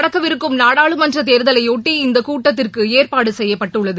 நடக்கவிருக்கும் நாடாளுமன்ற தேர்தலையொட்டி இந்த கூட்டத்திற்கு ஏற்பாடு செய்யப்பட்டுள்ளது